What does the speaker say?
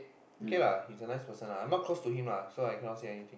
K lah he's a nice person lah I not close to him so I cannot say anything